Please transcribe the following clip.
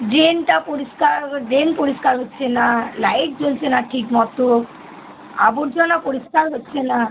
ড্রেনটা পরিষ্কার ড্রেন পরিষ্কার হচ্ছে না লাইট জ্বলছে না ঠিকমতো আবর্জনা পরিষ্কার হচ্ছে না